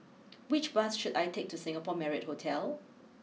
which bus should I take to Singapore Marriott Hotel